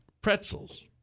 pretzels